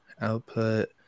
Output